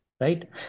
right